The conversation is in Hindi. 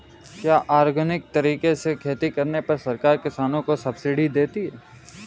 क्या ऑर्गेनिक तरीके से खेती करने पर सरकार किसानों को सब्सिडी देती है?